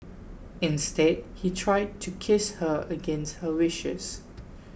instead he tried to kiss her against her wishes